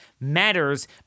matters